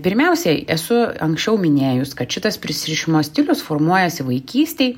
pirmiausiai esu anksčiau minėjus kad šitas prisirišimo stilius formuojasi vaikystėj